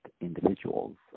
individuals